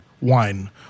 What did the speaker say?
wine